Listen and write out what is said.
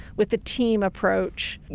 with the team approach,